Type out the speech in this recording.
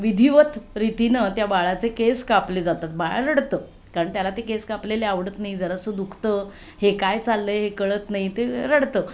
विधिवत रीतीनं त्या बाळाचे केस कापले जातात बाळ रडतं कारण त्याला ते केस कापलेले आवडत नाही जरासं दुखतं हे काय चाललं आहे हे कळत नाही ते रडतं